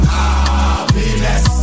Happiness